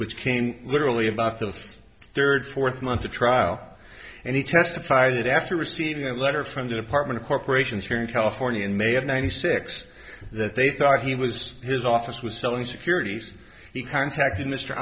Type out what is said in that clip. which came literally about the third fourth month the trial and he testified that after receiving a letter from the department of corporations here in california and may have ninety six that they thought he was his office was selling securities he contacted m